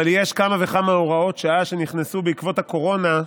אבל יש כמה וכמה הוראות שעה שנכנסו בעקבות הקורונה,